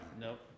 Nope